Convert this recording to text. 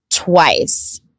twice